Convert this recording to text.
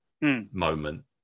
moment